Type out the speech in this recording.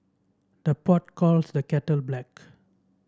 the pot calls the kettle black